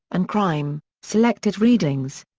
and crime selected readings.